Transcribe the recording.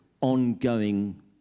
ongoing